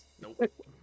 Nope